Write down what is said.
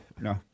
No